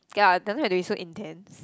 ya I definitely have to be so intense